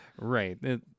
Right